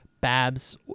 babs